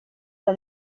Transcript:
tra